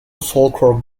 folklore